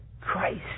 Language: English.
Christ